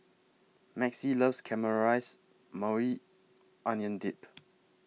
Maxie loves Caramelized Maui Onion Dip